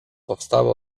powstałe